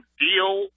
deal